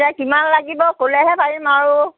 এতিয়া কিমান লাগিব ক'লেহে পাৰিম আৰু